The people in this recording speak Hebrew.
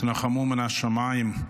תנוחמו מן השמיים.